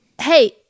hey